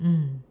mm